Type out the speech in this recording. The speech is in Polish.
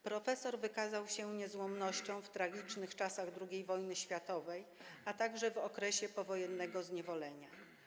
Profesor wykazał się niezłomnością w tragicznych czasach II wojny światowej, a także w okresie powojennego zniewolenia.